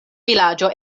vilaĝo